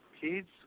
kids